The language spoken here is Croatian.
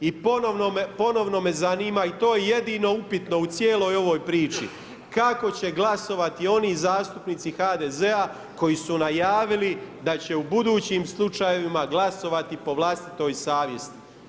I ponovno me zanima i to je jedino upitno u cijeloj ovoj priči kako će glasovati oni zastupnici HDZ-a koji su najavili da će u budućim slučajevima glasovati po vlastitoj savjesti.